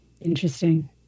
Interesting